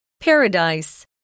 Paradise